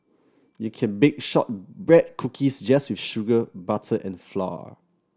you can bake shortbread cookies just with sugar butter and flour